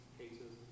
cases